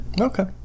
Okay